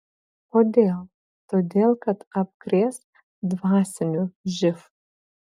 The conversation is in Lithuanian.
kodėl todėl kad apkrės dvasiniu živ